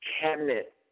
cabinet